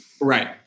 Right